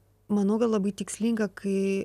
manau gal labai tikslinga kai